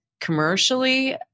commercially